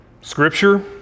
Scripture